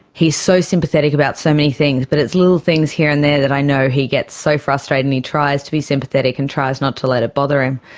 he's so sympathetic about so many things but it's little things here and there that i know he gets so frustrated and he tries to be sympathetic and tries not to let it bother him.